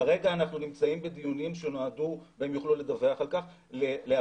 כרגע אנחנו נמצאים בדיונים והם יוכלו לדווח על כך שנועדו